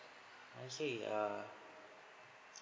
I see err